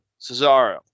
Cesaro